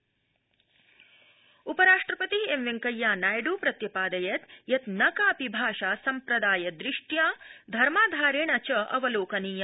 उपराष्ट्रपति उपराष्ट्रपति एम वेंकैया नायड् प्रत्यपादयत् यत् न कापि भाषा सम्प्रदाय दुष्ट्या धर्माधारेण च अवलोकनीया